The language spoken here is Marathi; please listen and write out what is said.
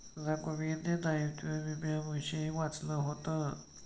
रघुवीरने दायित्व विम्याविषयी वाचलं होतं